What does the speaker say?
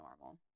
normal